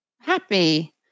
Happy